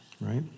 Right